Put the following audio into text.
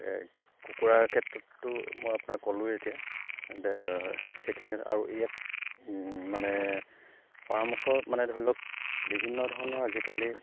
কুকুৰাৰ ক্ষেত্ৰতো মই আপোনাৰ ক'লো এতিয়া সেইখিনি আৰু ইয়াক মানে পৰামৰ্শ মানে ধৰি লওক বিভিন্ন ধৰণৰ আজিকালি